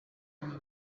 n’umwe